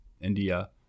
india